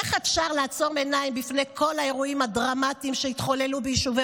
איך אפשר לעצום עיניים בפני כל האירועים הדרמטיים שהתחוללו ביישובי